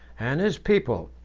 and his people,